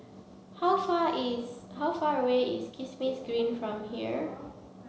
how far is how far away is Kismis Green from here